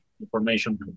information